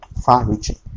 far-reaching